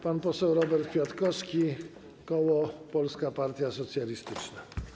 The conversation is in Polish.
Pan poseł Robert Kwiatkowski, koło Polska Partia Socjalistyczna.